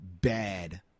bad